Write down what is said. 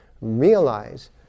realize